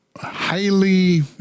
highly